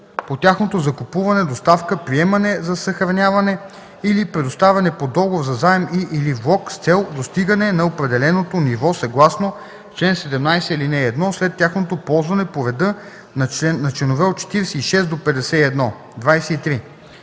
по тяхното закупуване, доставка, приемане за съхраняване или предоставяне по договор за заем и/или влог с цел достигане на определеното ниво съгласно чл. 17, ал. 1 след тяхното ползване по реда на чл. 46-51. 23.